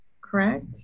correct